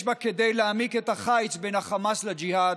בה כדי להעמיק את החיץ בין החמאס לג'יהאד,